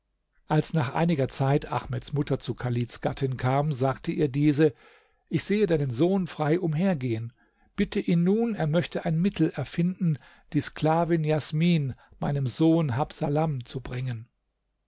als nach einiger zeit ahmeds mutter zu chalids gattin kam sagte ihr diese ich sehe deinen sohn frei umhergehen bitte ihn nun er möchte ein mittel erfinden die sklavin jasmin meinem sohn habsalam zu bringen